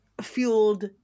fueled